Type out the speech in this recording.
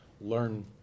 learn